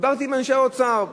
דיברתי עם אנשי האוצר,